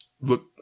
look